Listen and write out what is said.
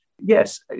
Yes